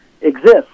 exist